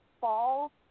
fall